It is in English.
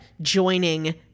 joining